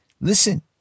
listen